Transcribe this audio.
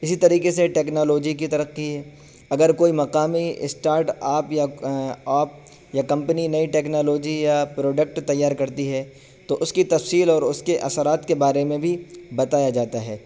اسی طریقے سے ٹیکنالوجی کی ترقی ہے اگر کوئی مقامی اسٹارٹ آپ یا آپ یا کمپنی نئی ٹیکنالوجی یا پروڈکٹ تیار کرتی ہے تو اس کی تفصیل اور اس کے اثرات کے بارے میں بھی بتایا جاتا ہے